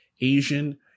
Asian